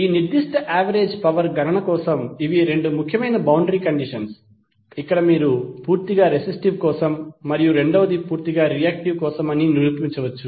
ఈ నిర్దిష్ట average power గణన కోసం ఇవి రెండు ముఖ్యమైన బౌండరీ కండిషన్స్ ఇక్కడ మీరు పూర్తిగా రెసిస్టివ్ కోసం మరియు రెండవది పూర్తిగా రియాక్టివ్ కోసం అని నిరూపించవచ్చు